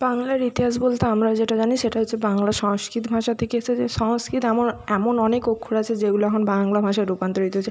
বাংলার ইতিহাস বলতে আমরা যেটা জানি সেটা হচ্ছে বাংলা সংস্কৃত ভাষা থেকে এসেছে সংস্কৃত এমন এমন অনেক অক্ষর আছে যেগুলো এখন বাংলা ভাষায় রূপান্তরিত হয়েছে